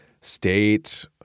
state